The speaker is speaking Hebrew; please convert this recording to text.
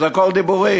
זה הכול דיבורים.